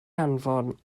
anfon